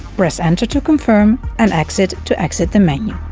press enter to confirm and exit to exit the menu.